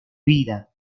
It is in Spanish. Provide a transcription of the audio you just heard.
vida